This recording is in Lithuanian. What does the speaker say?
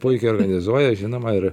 puikiai organizuoja žinoma ir